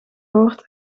hoort